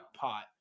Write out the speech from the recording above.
pot